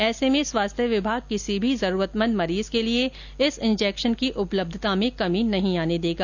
ऐसे में स्वास्थ्य विभाग किसी भी जरूरतमंद मरीज के लिए इस इंजेक्शन की उपलब्धता में कमी नहीं आने देगा